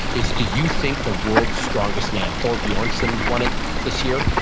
is do you think the world's strongest man, thor bjornsson won it this year,